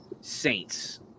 Saints